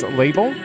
label